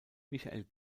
michael